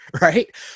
right